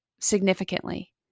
significantly